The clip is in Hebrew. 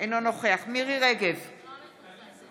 אינו נוכח מירי מרים רגב,